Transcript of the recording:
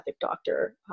doctor